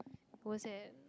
was at